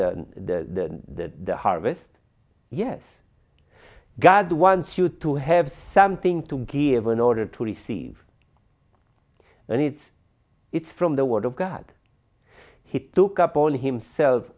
the harvest yes god wants you to have something to give an order to receive and it's it's from the word of god he took upon himself